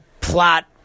plot